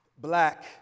black